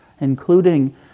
Including